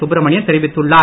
சுப்ரமணியன் தெரிவித்துள்ளார்